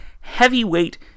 Heavyweight